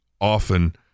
often